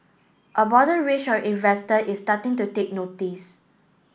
a broader range of investor is starting to take notice